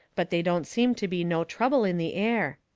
but they don't seem to be no trouble in the air.